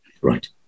Right